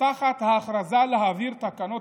ותחת ההכרזה להעביר תקנות,